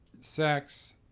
sex